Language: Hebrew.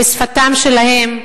בשפתם שלהם,